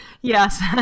Yes